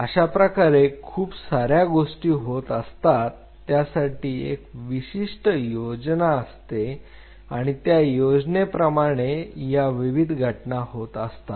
अशाप्रकारे खूप सार्या गोष्टी होत असतात त्यासाठी एक विशिष्ट योजना असते आणि त्या योजनेप्रमाणे या विविध घटना होत असतात